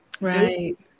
right